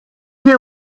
hear